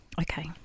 Okay